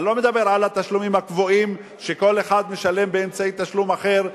אני לא מדבר על התשלומים הקבועים שכל אחד משלם באמצעי תשלום אחר,